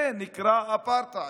זה נקרא אפרטהייד.